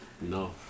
no